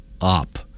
up